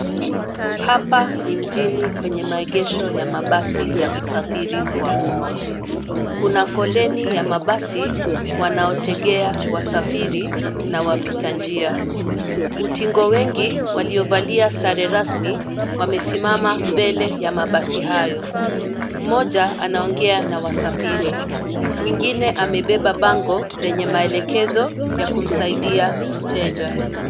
Hapa ni mjini kwenye maegesho ya mabasi ya usafiri wa umma, kuna foleni ya mabasi, wanaotegea wasafiri na wapitanjia, utingo wengi waliovalia sare rasmi, wamesimama mbele ya mabasi hayo, mmoja, anaongea na wasafiri, mwingine amebeba bango lenye maelekezo, ya kumsaidia mteja.